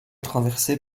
traversée